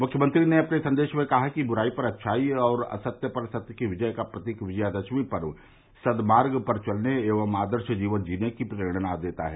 मुख्यमंत्री ने अपने संदेश में कहा कि बुराई पर अच्छाई और असत्य पर सत्य की विजय का प्रतीक विजयदशमी पर्व सदमार्ग पर चलने एवं आदर्श जीवन जीने की प्रेरणा प्रदान करता है